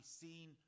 seen